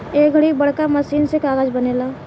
ए घड़ी बड़का मशीन से कागज़ बनेला